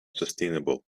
sustainable